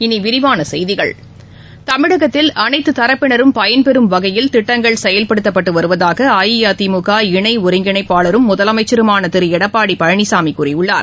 இனி விரிவான செய்திகள் தமிழகத்தில் அனைத்துத் தரப்பினரும் பயன்பெறும் வகையில் திட்டங்கள் செயல்படுத்தப்பட்டு வருவதாக அஇஅதிமுக இணை ஒருங்கிணைப்பாளரும் முதலமைச்சருமான திரு எடப்பாடி பழனிசாமி கூறியுள்ளார்